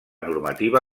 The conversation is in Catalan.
normativa